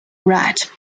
wright